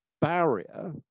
barrier